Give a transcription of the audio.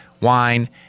wine